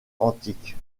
antique